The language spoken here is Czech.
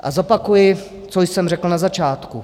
A zopakuji, co jsem řekl na začátku.